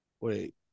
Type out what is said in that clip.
Wait